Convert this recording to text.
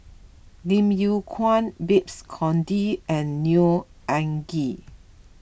Lim Yew Kuan Babes Conde and Neo Anngee